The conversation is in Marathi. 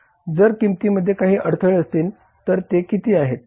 जर किंमतींमध्ये काही अडथळे असतील तर ते किती आहेत